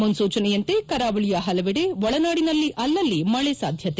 ಮುನ್ಸೂಚನೆಯಂತೆ ಕರಾವಳಿಯ ಹಲವೆಡೆ ಒಳನಾಡಿನಲ್ಲಿ ಅಲ್ಲಲ್ಲಿ ಮಳೆ ಸಾಧ್ಯತೆ